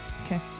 Okay